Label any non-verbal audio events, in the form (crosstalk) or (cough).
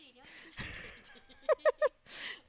(laughs)